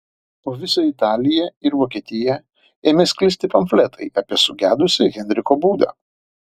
po visą italiją ir vokietiją ėmė sklisti pamfletai apie sugedusį henriko būdą